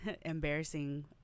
embarrassing